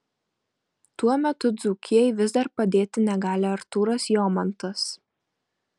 tuo metu dzūkijai vis dar padėti negali artūras jomantas